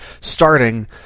starting